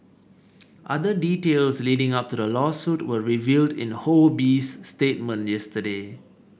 other details leading up to the lawsuit were revealed in Ho Bee's statement yesterday